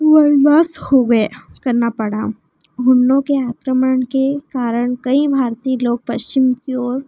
वनवास हो गया करना पड़ा उन लोगों के हाथों में उनके कारण कई भारतीय लोग पश्चिम की ओर